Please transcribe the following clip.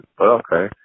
Okay